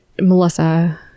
Melissa